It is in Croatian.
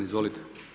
Izvolite.